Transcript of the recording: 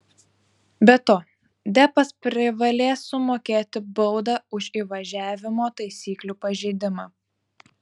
be to deppas privalės sumokėti baudą už įvažiavimo taisyklių pažeidimą